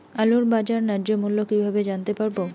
আলুর বাজার ন্যায্য মূল্য কিভাবে জানতে পারবো?